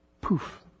poof